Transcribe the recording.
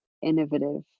innovative